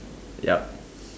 yup